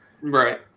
Right